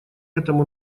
этому